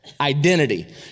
Identity